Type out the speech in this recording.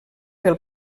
pel